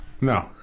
No